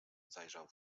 zajrzał